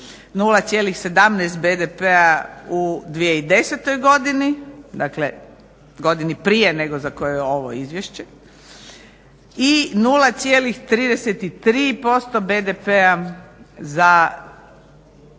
0,17% BDP-a u 2010. godini, dakle godini prije nego za koju je ovo izvješće, i 0,33% BDP-a za